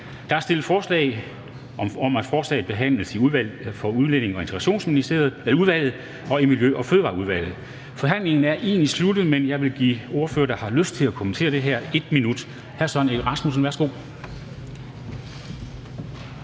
Der er stillet forslag om, at forslaget behandles i Udlændinge- og Integrationsudvalget og i Miljø- og Fødevareudvalget. Forhandlingen er egentlig sluttet, men jeg vil give ordførere, der har lyst til at kommentere det her, 1 minut. Hr. Søren Egge Rasmussen, værsgo.